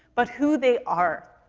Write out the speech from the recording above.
but who they are.